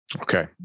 Okay